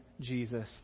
Jesus